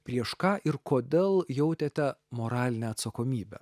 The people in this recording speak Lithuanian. prieš ką ir kodėl jautėte moralinę atsakomybę